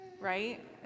right